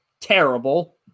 terrible